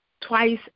twice